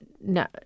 No